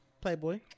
Playboy